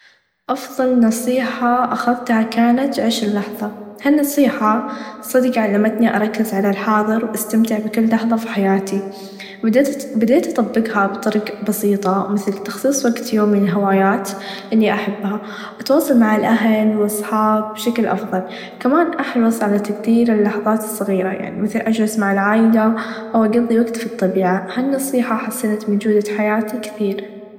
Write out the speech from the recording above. أفظل نصيحه أختها كانت عيش اللحظه هالنصيحه صدق علمتني أركز على الحاظر و أستمتع بكل لحظه في حياتي بديت اطبقا بطريقه بسيطه مثل تخصيص وقت يومي لهويات إني احبها اتواصل مع الاهل و اصحاب بشكل افظل كمان احرص على تقدير اللحظات الصغيره مثل أچلس مع العايله او اقدي وقت في الطبيعه هالنصيحه حسنت من چودت حياتي كثير.